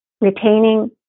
retaining